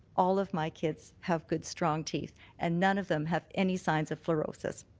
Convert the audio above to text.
all of my kids have good strong teeth and none of them have any signs of flourosis.